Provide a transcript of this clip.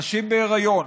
נשים בהיריון.